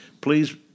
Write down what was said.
Please